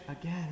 Again